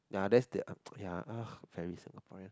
ya that's the um very singaporean